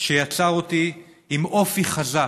שיצר אותי עם אופי חזק.